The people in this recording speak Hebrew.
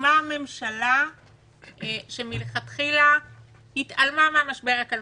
הוקמה ממשלה שמלכתחילה התעלמה מהמשבר הכלכלי,